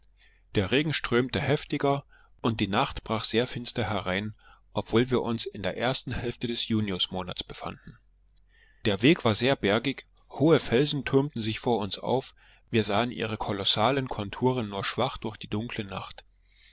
der regen strömte heftiger und die nacht brach sehr finster herein obgleich wir uns in der ersten hälfte des junius monats befanden der weg war sehr bergig hohe felsen türmten sich vor uns auf wir sahen ihre kolossalen konturen nur schwach durch die dunkle nacht